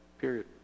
Period